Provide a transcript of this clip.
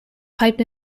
piped